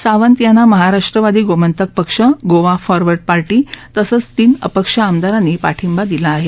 सावंत यांना Maharashtrawadi Gomantak Paksha Goa forward party तसंच तीन अपक्ष आमदारांनी पाठिंबा दिला आहे